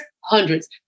hundreds